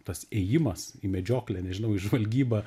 tas įėjimas į medžioklę nežinau į žvalgybą